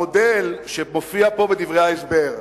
המודל שמופיע פה בדברי ההסבר,